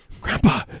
Grandpa